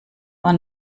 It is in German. war